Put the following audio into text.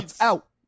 Out